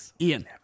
Ian